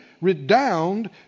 redound